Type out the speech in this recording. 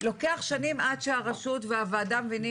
לוקח שנים עד שהרשות והוועדה מבינות